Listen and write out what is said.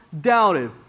doubted